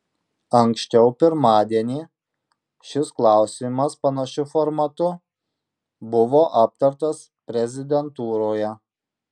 anksčiau pirmadienį šis klausimas panašiu formatu buvo aptartas prezidentūroje